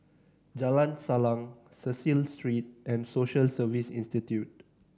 Jalan Salang Cecil Street and Social Service Institute